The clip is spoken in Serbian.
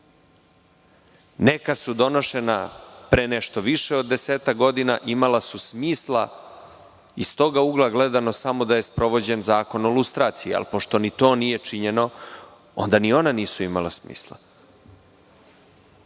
Neka su donošena pre nešto više od desetak godina, imala su smisla iz toga ugla gledano samo da je sprovođen Zakon o lustraciji, a pošto ni to nije činjeno, onda ni ona nisu imala smisla.